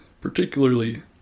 particularly